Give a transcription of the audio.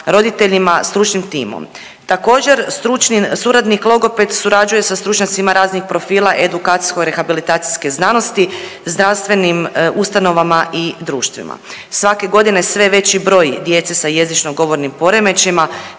roditeljima, stručnim timom. Također stručni suradnik logoped surađuje sa stručnjacima raznih profila edukacijsko-rehabilitacijske znanosti zdravstvenim ustanovama i društvima. Sve godine sve je veći broj djece sa jezično govornim poremećajima,